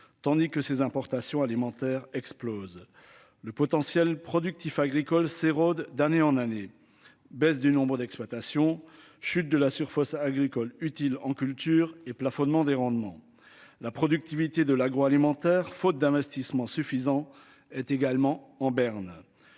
tandis que ses importations alimentaires explosent le potentiel productif agricole s'érode d'année en année. Baisse du nombre d'exploitations, chute de la surface agricole utile en culture et plafonnement des rendements la productivité de l'agroalimentaire, faute d'investissements suffisants est également en berne.